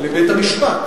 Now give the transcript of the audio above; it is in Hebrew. לבית-המשפט.